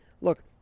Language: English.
Look